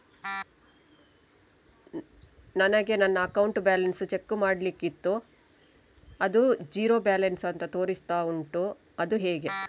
ನನಗೆ ನನ್ನ account balance check ಮಾಡ್ಲಿಕ್ಕಿತ್ತು ಅದು ಝೀರೋ ಬ್ಯಾಲೆನ್ಸ್ ಅಂತ ತೋರಿಸ್ತಾ ಉಂಟು ಅದು ಹೇಗೆ?